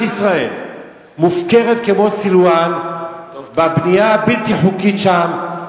ישראל מופקרת כמו סילואן בבנייה הבלתי-חוקית שם,